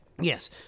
Yes